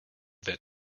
that